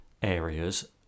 Areas